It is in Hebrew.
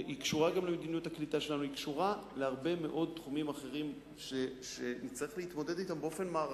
היא קשורה להרבה מאוד תחומים אחרים שצריך להתמודד אתם באופן מערכתי.